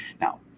now